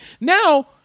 now